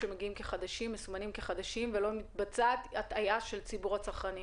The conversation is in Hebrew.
חדשים שמגיעים לפה מסומנים כחדשים ולא מתבצעת הטעיה של ציבור הצרכנים?